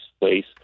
place